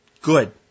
Good